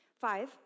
Five